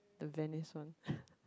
the tennis one